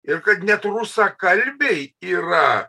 ir kad net rusakalbiai yra